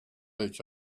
each